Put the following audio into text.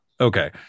Okay